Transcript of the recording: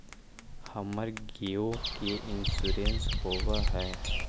हमर गेयो के इंश्योरेंस होव है?